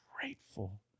grateful